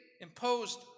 imposed